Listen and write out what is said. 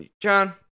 John